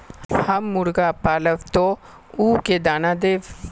हम मुर्गा पालव तो उ के दाना देव?